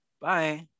bye